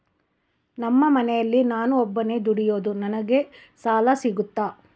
ನಮ್ಮ ಮನೆಯಲ್ಲಿ ನಾನು ಒಬ್ಬನೇ ದುಡಿಯೋದು ನನಗೆ ಸಾಲ ಸಿಗುತ್ತಾ?